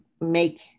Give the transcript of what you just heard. make